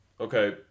okay